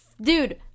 Dude